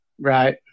Right